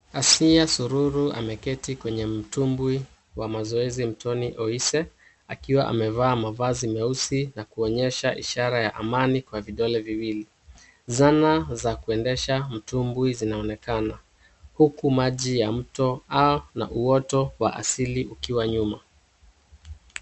Asia sururu ameketi kwenye mtumbwi wa mazoezi mtoni Oise akiwa amevaa mavazi meusi na kuonyesha ishara ya amani kwa vidole viwili. Zana za kuendesha mtumbwi zinaonekana huku maji ya mto na uoto wa asili ukiwa nyuma.